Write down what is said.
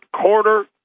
quarter